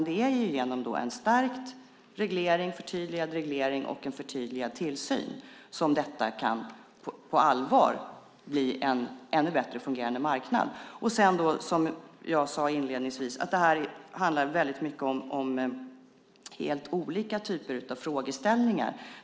Det är i stället genom en stärkt och förtydligad reglering och en förtydligad tillsyn som det här på allvar kan bli en ännu bättre fungerande marknad. Som jag sade inledningsvis handlar det här väldigt mycket om helt olika typer av frågeställningar.